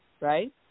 right